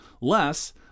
less